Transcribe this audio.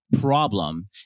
problem